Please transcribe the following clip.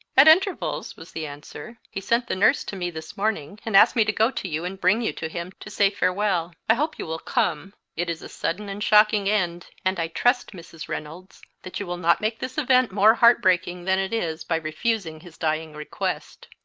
at intervals, was the answer. he sent the nurse to me this morning, and asked me to go to you and bring you to him to say farewell. i hope you will come. it is a sudden and shocking end, and i trust, mrs. reynolds, that you will not make this event more heart-breaking than it is by refusing his dying request.